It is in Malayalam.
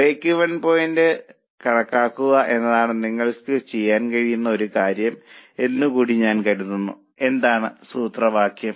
ബ്രേക്ക്ഈവൻ പോയിന്റ് കണക്കാക്കുക എന്നതാണ് നിങ്ങൾക്ക് ചെയ്യാൻ കഴിയുന്ന ഒരു കാര്യം എന്ന് കൂടി ഞാൻ കരുതുന്നു എന്താണ് സൂത്രവാക്യം